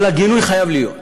אבל הגינוי חייב להיות.